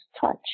touch